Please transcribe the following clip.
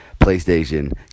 playstation